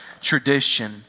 tradition